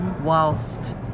whilst